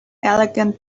elegant